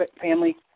family